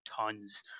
tons